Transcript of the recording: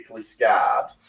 scarred